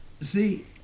see